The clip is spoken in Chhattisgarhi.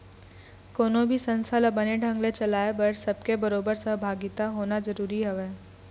कोनो भी संस्था ल बने ढंग ने चलाय बर सब के बरोबर सहभागिता होना जरुरी हवय